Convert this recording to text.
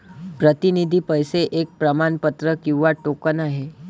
प्रतिनिधी पैसे एक प्रमाणपत्र किंवा टोकन आहे